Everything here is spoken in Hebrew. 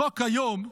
החוק היום,